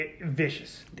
Vicious